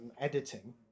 editing